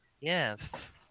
Yes